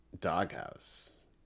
Doghouse